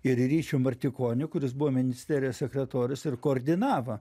ir ryčiu martikoniu kuris buvo ministerijos sekretorius ir koordinavo